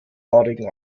haarigen